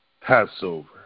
Passover